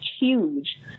huge